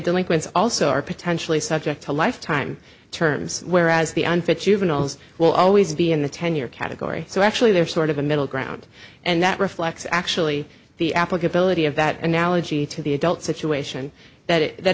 delinquent also are potentially subject to lifetime terms whereas the unfit juveniles will always be in the tenure category so actually they're sort of a middle ground and that reflects actually the applicability of that analogy to the adult situation that it that